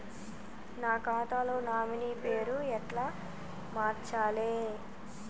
నా ఖాతా లో నామినీ పేరు ఎట్ల మార్చాలే?